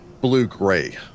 blue-gray